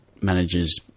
managers